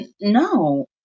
No